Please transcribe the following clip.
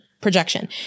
projection